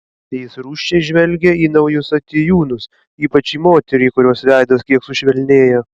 jis rūsčiai žvelgia į naujus atėjūnus ypač į moterį kurios veidas kiek sušvelnėja